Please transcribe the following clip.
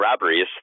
robberies